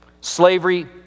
Slavery